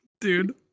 Dude